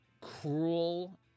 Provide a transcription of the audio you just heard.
cruel